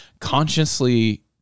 consciously